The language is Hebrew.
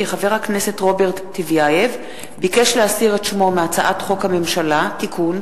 כי חבר הכנסת רוברט טיבייב ביקש להסיר את שמו מהצעת חוק הממשלה (תיקון,